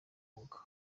mwuga